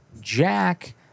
Jack